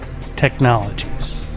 Technologies